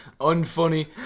Unfunny